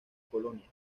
polonia